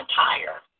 tire